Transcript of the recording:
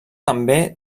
també